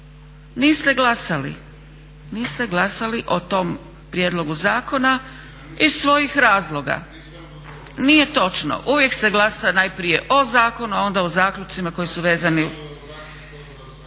niste glasali o tom prijedlogu zakona iz svojih razloga. …/Upadica Šuker, ne čuje se./… Nije točno. Uvijek se glasa najprije o zakonu, a onda o zaključcima koji su vezani …